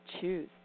choose